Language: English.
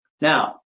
Now